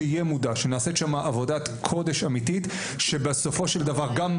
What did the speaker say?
שיהיה מודע שנעשית שם עבודת קודש אמיתית שבסופו של דבר גם,